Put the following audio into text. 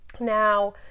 now